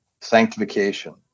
sanctification